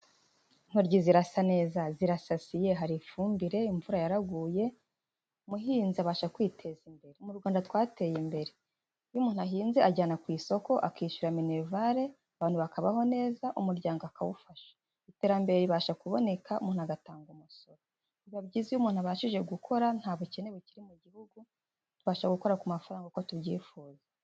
Intoryi zirasa neza, zirasasiye. Hari ifumbire, imvura yaraguye. Umuhinzi abasha kwiteza imbere. Mu Rwanda twateye imbere. Iyo umuntu ahinze ajyana ku isoko akishyura minerivare, abantu bakabaho neza, umuryango akawufasha. Iterambere ribasha kuboneka umuntu agatanga umusoro. Biba byiza iyo umuntu abashije gukora. Nta bukene bukiri mu gihugu tubasha gukora ku mafaranga uko tubyifuza.